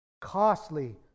Costly